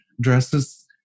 dresses